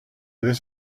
this